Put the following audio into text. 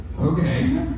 okay